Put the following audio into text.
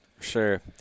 sure